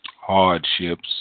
hardships